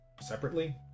separately